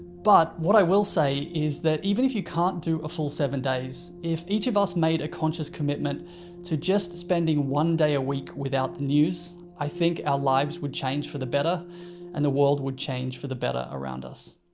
but what i will say is that even if you can't do a full seven days, if each of us made a conscious commitment to just spending one day a week without the news, i think our lives would change for the better and the world would change for the better around us.